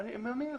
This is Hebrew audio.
אניי מאמין לך.